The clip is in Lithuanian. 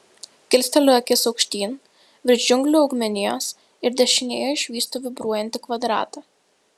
kilsteliu akis aukštyn virš džiunglių augmenijos ir dešinėje išvystu vibruojantį kvadratą